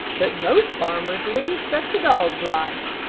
but most farmers lead such a dog's life,